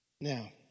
Now